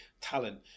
talent